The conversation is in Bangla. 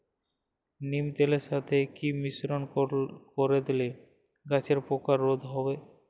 নিম তেলের সাথে কি মিশ্রণ করে দিলে গাছের পোকা রোধ হবে?